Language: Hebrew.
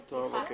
וסליחה.